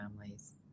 families